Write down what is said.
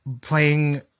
playing